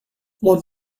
when